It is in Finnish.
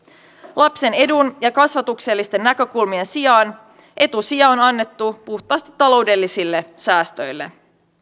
lapsen edun ja kasvatuksellisten näkökulmien sijaan etusija on annettu puhtaasti taloudellisille säästöille